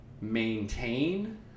maintain